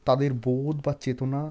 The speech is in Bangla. তাদের বোধ বা চেতনা